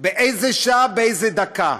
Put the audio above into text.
באיזו שעה, באיזו דקה.